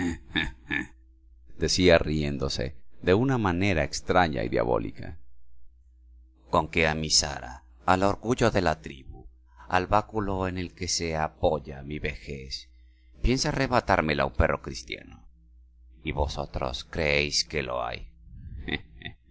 decía riéndose de una manera extraña y diabólica con que a mi sara al orgullo de la tribu al báculo en que se apoya mi vejez piensa arrebatármela un perro cristiano y vosotros creéis que lo hay